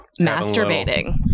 masturbating